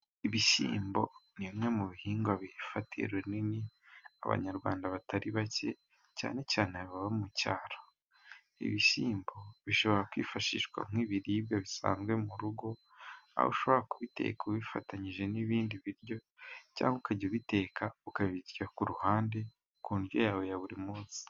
Ibishyimbo ni bimwe mu bihingwa bifatiye runini Abanyarwanda batari bake, cyane cyane ababa mu cyaro. Ibishyimbo bishobora kwifashishwa nk'ibiribwa bisanzwe mu rugo, aho ushobora kubiteka ubifatanyije n'ibindi biryo, cyangwa ukajya ubiteka ukabishyira ku ruhande ku ndyo yawe ya buri munsi.